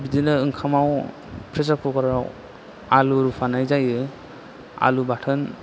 बिदिनो ओंखामाव प्रेसारकुकाराव आलु रुफानाय जायो आलु बाथोन